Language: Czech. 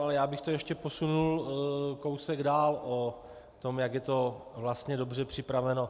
Ale já bych to ještě posunul kousek dál o tom, jak je to vlastně dobře připraveno.